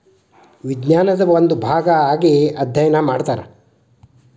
ವಿಜ್ಞಾನದ ಒಂದು ಭಾಗಾ ಆಗಿ ಅದ್ಯಯನಾ ಮಾಡತಾರ